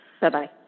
Bye-bye